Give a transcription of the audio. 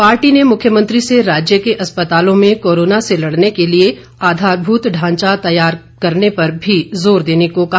party ने मुख्यमंत्री से राज्य के अस्पतालों में कोरोना से लड़ने के लिए आधारभूत ढांचा तैयार करने पर भी जोर देने को कहा